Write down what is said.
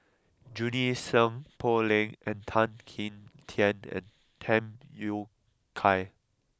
Junie Sng Poh Leng Tan Kim Tian and Tham Yui Kai